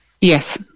Yes